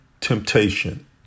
temptation